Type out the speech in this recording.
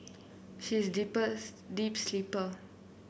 she is sleepers deep sleeper